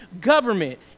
government